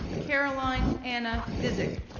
caroline anna dzik